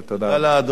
תודה לאדוני.